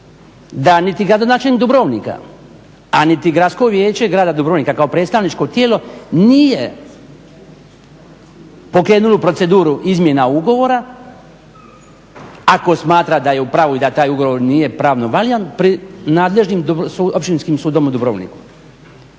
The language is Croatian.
da niti gradonačelnik Dubrovnika, a niti Gradsko vijeće Grada Dubrovnika kao predstavničko tijelo nije pokrenulo proceduru izmjena ugovora ako smatra da je u pravu i da taj ugovor nije pravno valjan, pri nadležnim Općinskim sudom u Dubrovniku.